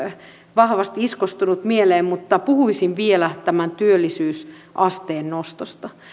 vahvasti iskostunut mieleen mutta puhuisin vielä tämän työllisyysasteen nostosta